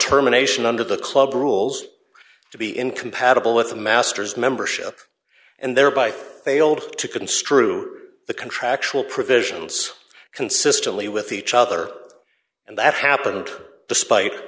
terminations under the club rules to be incompatible with a master's membership and thereby failed to construe the contractual provisions consistently with each other and that happened despite